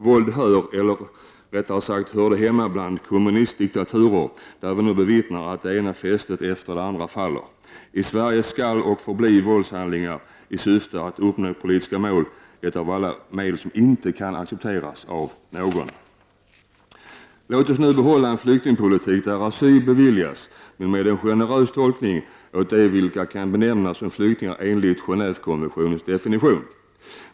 Våld hör, eller rättare sagt hörde, hemma bland kommunistdiktaturer, där vi nu bevittnar att det ena fästet efter det andra faller. I Sverige skall våldshandlingar i syfte att uppnå politiska mål förbli ett medel som inte kan accepteras av någon. Låt oss nu behålla en flyktingpolitik enligt vilken asyl beviljas, med en generös tolkning, de människor vilka kan benämnas som flyktingar enligt Genåvekonventionens definition.